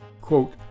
Quote